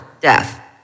death